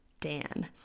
Dan